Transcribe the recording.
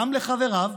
גם לחבריו,